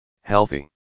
healthy